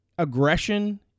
Aggression